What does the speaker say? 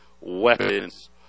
weapons